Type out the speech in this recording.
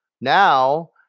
Now